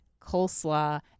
coleslaw